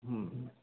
हूं